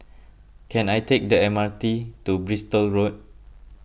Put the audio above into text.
can I take the M R T to Bristol Road